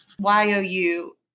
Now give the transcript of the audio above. Y-O-U